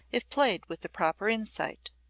if played with the proper insight.